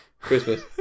Christmas